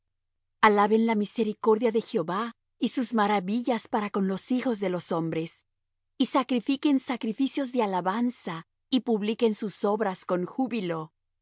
alaben la misericordia de jehová y sus maravillas para con los hijos de los hombres y sacrifiquen sacrificios de alabanza y publiquen sus obras con júbilo